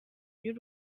y’u